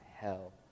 hell